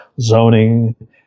zoning